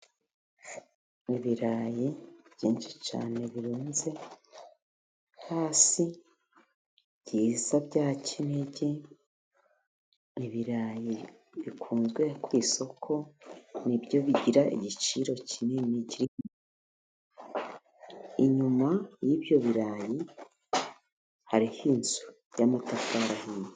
Ibirayi byinshi cyane birunze hasi byiza bya Kinigi. Ibirayi bikunzwe ku isoko ni byo bigira igiciro kinini. Inyuma y'ibyo birarayi hariho inzu y'amatafari ahiye.